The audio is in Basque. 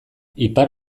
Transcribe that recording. ipar